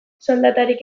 soldatarik